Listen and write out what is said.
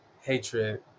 hatred